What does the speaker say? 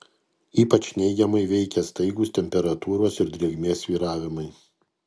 ypač neigiamai veikia staigūs temperatūros ir drėgmės svyravimai